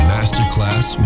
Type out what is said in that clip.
Masterclass